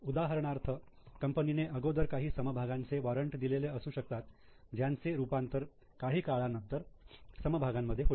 उदाहरणार्थ कंपनीने अगोदर काही समभागांचे वॉरंट दिलेले असू शकतात ज्यांचे रूपांतर काही काळानंतर समभागांमध्ये होईल